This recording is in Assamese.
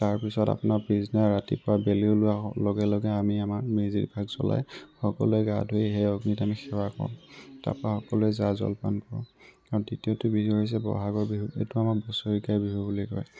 তাৰপিছত আপোনাৰ পিছদিনা ৰাতিপুৱা বেলি ওলোৱা লগে লগে আমি আমাৰ মেজিভাগ জ্বলাই সকলোৱে গা ধুই সেৱা কৰোঁ তাৰপৰা সকলোৱে জা জলপান খাওঁ আৰু দ্বিতীয়টো বিহু হৈছে বহাগৰ বিহু এইটো আমাৰ বছৰেকীয়া বিহু বুলি কয়